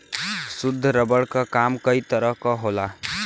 शुद्ध रबर क काम कई तरे क होला